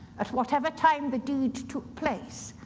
at whatever time the deed took place,